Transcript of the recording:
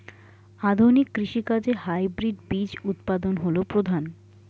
আধুনিক কৃষি কাজে হাইব্রিড বীজ উৎপাদন হল প্রধান